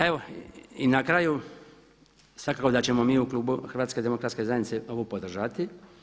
Evo, i na kraju, svakako da ćemo mi u Klubu HDZ-a ovo podržati.